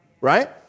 Right